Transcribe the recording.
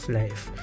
life